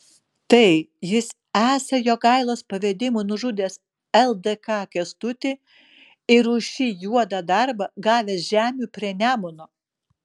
tai jis esą jogailos pavedimu nužudęs ldk kęstutį ir už šį juodą darbą gavęs žemių prie nemuno